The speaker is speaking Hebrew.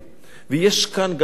יש כאן גם היבט אחד נוסף.